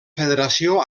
federació